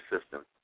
system